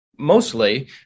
mostly